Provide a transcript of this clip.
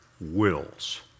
wills